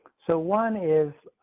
so, one is.